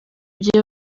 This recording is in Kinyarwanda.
bye